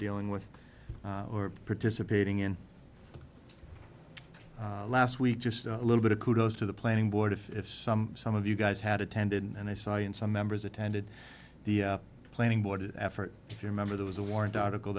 dealing with or participating in last week just a little bit of kudos to the planning board if some some of you guys had attended and i saw in some members attended the planning board effort if you remember there was a warrant article